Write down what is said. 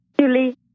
Julie